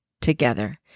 together